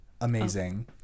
amazing